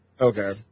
Okay